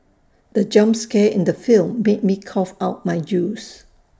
the jump scare in the film made me cough out my juice